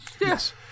Yes